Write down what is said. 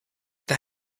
the